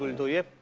do you